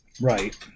Right